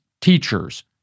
teachers